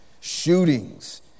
shootings